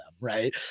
right